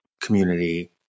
community